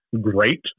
great